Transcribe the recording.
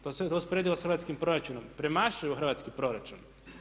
To je sve usporedivo sa hrvatskim proračunom, premašuju hrvatski proračun.